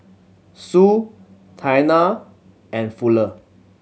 Sue Taina and Fuller